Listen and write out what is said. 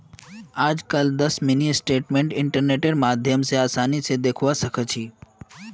आजकल दस mini statement इन्टरनेटेर माध्यम स आसानी स दखवा सखा छी